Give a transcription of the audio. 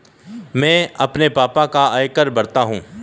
मैं अपने पापा का आयकर भरता हूं